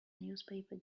newspaper